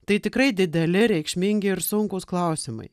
tai tikrai dideli reikšmingi ir sunkūs klausimai